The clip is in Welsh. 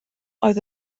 oedd